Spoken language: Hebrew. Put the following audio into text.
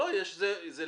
לא, זה לבחירה.